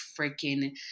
freaking